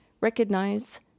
recognize